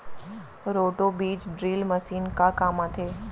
Roto बीज drill machine का काम आथे?